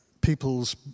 people's